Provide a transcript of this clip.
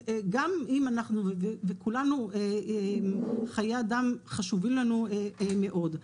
לכולנו חיי אדם חשובים מאוד,